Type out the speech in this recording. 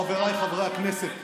חבריי חברי הכנסת,